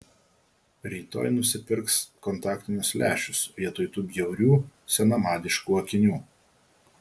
rytoj nusipirks kontaktinius lęšius vietoj tų bjaurių senamadiškų akinių